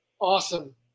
awesome